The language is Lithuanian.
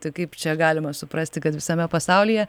tai kaip čia galima suprasti kad visame pasaulyje